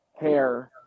hair